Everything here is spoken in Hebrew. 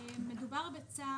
בבקשה.